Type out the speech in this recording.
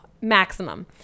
Maximum